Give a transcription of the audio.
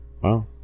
Wow